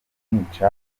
kumwica